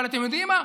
אבל אתם יודעים מה,